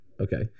okay